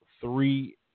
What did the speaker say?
three